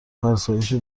فرسایشی